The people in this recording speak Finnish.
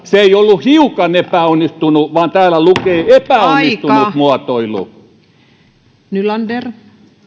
se ei ollut hiukan epäonnistunut vaan täällä lukee epäonnistunut muotoilu